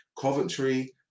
Coventry